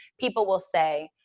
people will say,